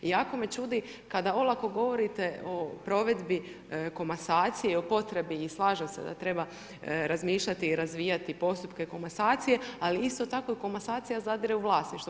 I jako me čudi kada olako govorite o provedbi komasacije i o potrebi i slažem se da treba razmišljati i razvijati postupke komasacije, ali isto tako komasacija zadire u vlasništvo.